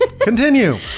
Continue